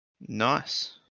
Nice